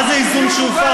מה זה איזון שהופר,